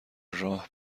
راه